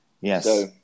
Yes